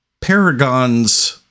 Paragon's